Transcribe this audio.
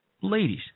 ladies